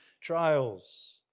trials